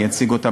אני אציג אותה,